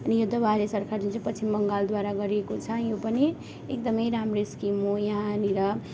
अनि यो द्वारे सरकार जुन चाहिँ पश्चिम बङ्गालद्वारा गरिएको छ यो पनि एकदमै राम्रो स्किम हो यहाँनिर